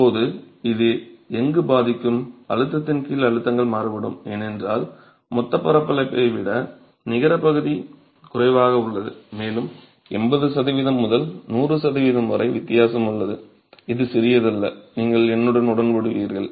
இப்போது இது எங்கு பாதிக்கும் அழுத்தத்தின் கீழ் அழுத்தங்கள் மாறுபடும் ஏனென்றால் மொத்த பரப்பளவை விட நிகர பகுதி குறைவாக உள்ளது மேலும் 80 சதவீதம் முதல் 100 சதவீதம் வரை வித்தியாசம் உள்ளது அது சிறியதல்ல நீங்கள் என்னுடன் உடன்படுவீர்கள்